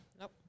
Nope